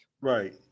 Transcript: Right